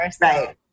Right